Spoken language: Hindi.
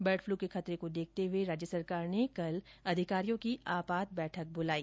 बर्ड फ़्लू के खतरे को देखते हुए राज्य सरकार ने कल अधिकारियों की आपात बैठक बुलाई